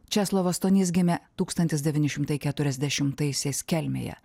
česlovas stonys gimė tūkstantis devyni šimtai keturiasdešimtaisiais kelmėje